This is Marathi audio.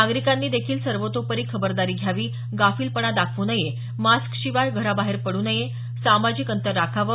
नागरिकांनी देखील सर्वतोपरी खबरदारी घ्यावी गाफीलपणा दाखवू नये मास्कशिवाय घराबाहेर पडू नये सामाजिक अंतर राखावे